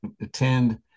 attend